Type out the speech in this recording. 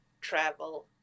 travel